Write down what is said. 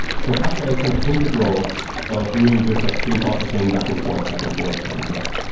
so kafka is kind of integral of doing this like stream processing back and forth, back and forth, back and forth.